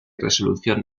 resolución